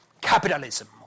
capitalism